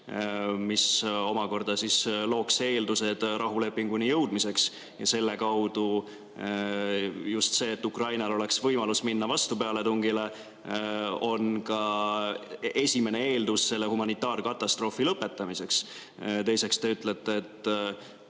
mis omakorda looks eeldused rahulepinguni jõudmiseks. Selle kaudu on just see, et Ukrainal oleks võimalus minna vastupealetungile, ka esimene eeldus selle humanitaarkatastroofi lõpetamiseks. Teiseks, te ütlete, et